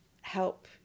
help